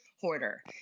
hoarder